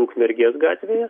ukmergės gatvėje